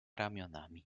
ramionami